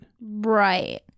Right